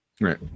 Right